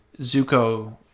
Zuko